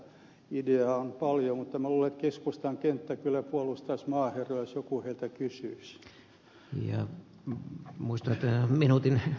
siellä semmoista ideaa on paljon mutta minä luulen että keskustan kenttä kyllä puolustaisi maaherroja jos joku heiltä kysyisi